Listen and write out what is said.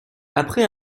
après